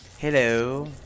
Hello